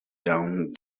down